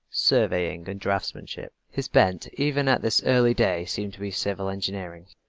surveying, and draftsmanship. his bent even at this early day seemed to be civil engineering.